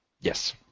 Yes